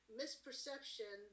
misperception